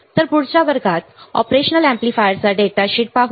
तर पुढच्या वर्गात ऑपरेशनल अॅम्प्लीफायरचा डेटा शीट पाहू